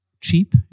cheap